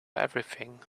everything